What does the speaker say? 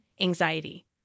anxiety